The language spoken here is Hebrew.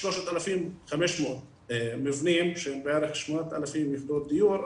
3,500 מבנים שהם בערך 8,000 יחידות דיור,